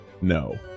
No